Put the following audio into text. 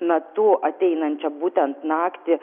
metu ateinančią būtent naktį